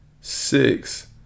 Six